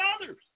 others